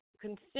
consider